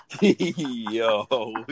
Yo